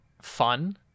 Fun